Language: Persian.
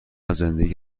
زندگی